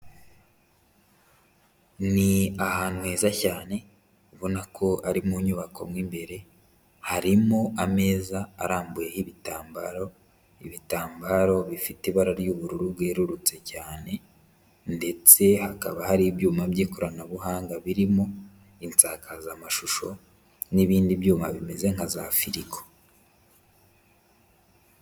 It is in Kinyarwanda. Ni ahantu heza cyane ubona ko ari mu nyubako mo imbere, harimo ameza arambuyeho ibitambaro, ibitambaro bifite ibara ry'ubururu bwerurutse cyane ndetse hakaba hari ibyuma by'ikoranabuhanga birimo insakazamashusho n'ibindi byuma bimeze nka za firigo.